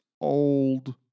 old